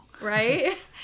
Right